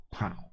wow